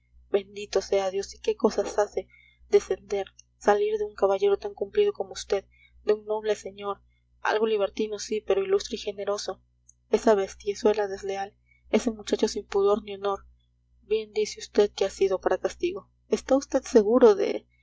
bendito sea dios y que cosas hace descender salir de un caballero tan cumplido como vd de un noble señor algo libertino sí pero ilustre y generoso esa bestiezuela desleal ese muchacho sin pudor ni honor bien dice vd que ha sido para castigo está vd seguro de